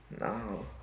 No